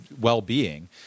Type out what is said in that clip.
well-being